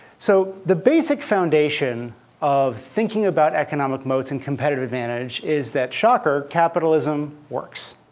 so the basic foundation of thinking about economic moats and competitive advantage is that shocker capitalism works,